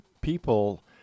people